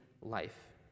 life